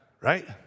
Right